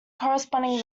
corresponding